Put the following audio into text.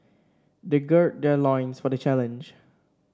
they gird their loins for the challenge